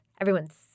everyone's